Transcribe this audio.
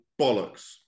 bollocks